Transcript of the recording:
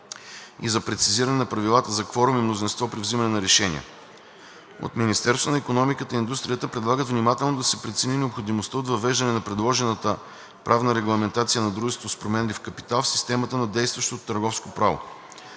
и за прецизиране на правилата за кворум и мнозинство при приемане на решения. От Министерството на икономиката и индустрията предлагат внимателно да се прецени необходимостта от въвеждане на предложената правна регламентация на дружество с променлив капитал в системата на действащото търговско право.